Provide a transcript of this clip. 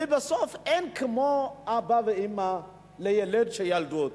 ובסוף אין כמו אבא ואמא לילד שילדו אותו.